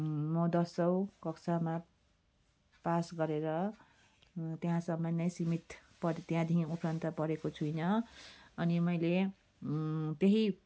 म दसौँ कक्षमा पास गरेर त्यहाँसम्म नै सीमित पर त्यहाँदेखि उप्रान्त पढेको छुइनँ अनि मैले त्यही